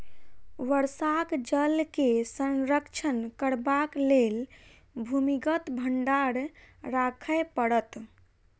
वर्षाक जल के संरक्षण करबाक लेल भूमिगत भंडार राखय पड़त